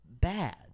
bad